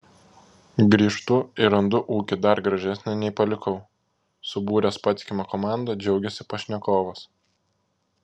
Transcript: grįžtu ir randu ūkį dar gražesnį nei palikau subūręs patikimą komandą džiaugiasi pašnekovas